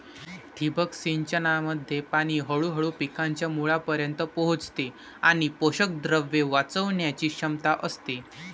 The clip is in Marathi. ठिबक सिंचनामध्ये पाणी हळूहळू पिकांच्या मुळांपर्यंत पोहोचते आणि पोषकद्रव्ये वाचवण्याची क्षमता असते